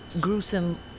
gruesome